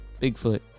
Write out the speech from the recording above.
bigfoot